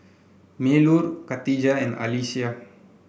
Melur Khatijah and Alyssa